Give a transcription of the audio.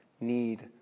need